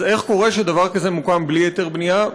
אז איך קורה שדבר כזה מוקם בלי היתר בנייה?